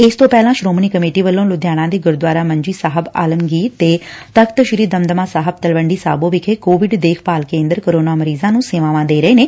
ਇਸ ਤੋਂ ਪਹਿਲਾ ਸ੍ਰੋਮਣੀ ਕਮੇਟੀ ਵੱਲੋਂ ਲੁਧਿਆਣਾ ਦੇ ਗੁਰਦੁਆਰਾ ਮੰਜੀ ਸਾਹਿਬ ਆਲਮਗੀਰ ਤੇ ਤਖ਼ਤ ਸ੍ਰੀ ਦਮਦਮਾ ਸਾਹਿਬ ਤਲਵੰਡੀ ਸਾਬੋ ਵਿਖੇ ਕੋਵਿਡ ਦੇਖਭਾਲ ਕੇਂਦਰ ਕੋਰੋਨਾ ਮਰੀਜਾਂ ਨੂੰ ਸੇਵਾਵਾਂ ਦੇ ਰਹੇ ਨੇ